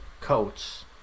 coats